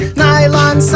nylon